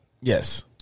Yes